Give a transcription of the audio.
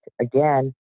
again